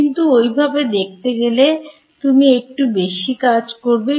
কিন্তু ওই ভাবে দেখতে গেলে তুমি একটু বেশি কাজ করবে